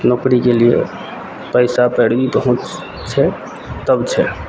नौकरीके लिये पैसा पैरवी बहुत छै तब छै